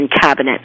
cabinet